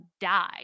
die